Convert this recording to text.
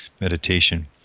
meditation